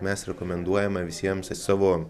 mes rekomenduojame visiems savo